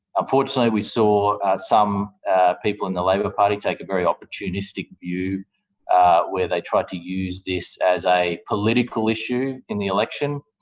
unfortunately, we saw some people in the labor party take a very opportunistic view where they tried to use this as a political issue in the election.